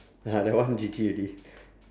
ah that one G_G already